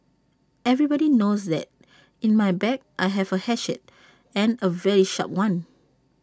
everybody knows that in my bag I have A hatchet and A very sharp one